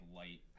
light